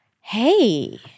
Hey